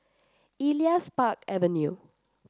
Elias Park Avenue